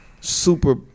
super